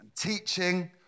teaching